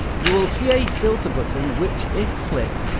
you will see a filter button which, if clicked,